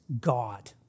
God